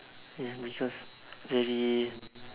hmm because very